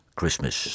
Christmas